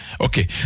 Okay